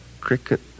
cricket